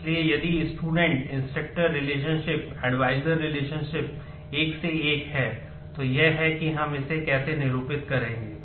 इसलिए यदि स्टूडेंट 1 से 1 है तो यह है कि हम इसे कैसे निरूपित करेंगे